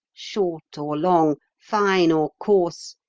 short or long, fine or coarse.